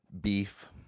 beef